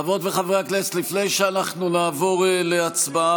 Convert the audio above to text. חברות וחברי הכנסת, לפני שאנחנו נעבור להצבעה,